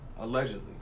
Allegedly